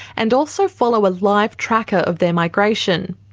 and also follow a live tracker of their migration.